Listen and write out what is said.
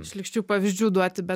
šlykščių pavyzdžių duoti bet